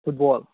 football